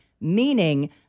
meaning